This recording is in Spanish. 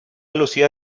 lucía